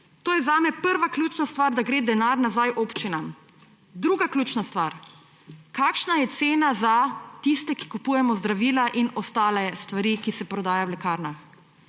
To je zame prva ključna stvar, da gre denar nazaj občinam. Druga ključna stvar, kakšna je cena za tiste, ki kupujemo zdravila in ostale stvari, ki se prodajajo v lekarnah.